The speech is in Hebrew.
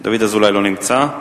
דוד אזולאי, לא נמצא.